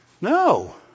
No